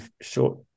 short